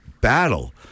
battle